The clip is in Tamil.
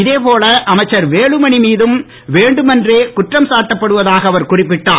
இதேபோல அமைச்சர் வேலுமணி மீதும் வேண்டுமென்றே குற்றம் சாட்டப்படுவதாக அவர் குறிப்பிட்டார்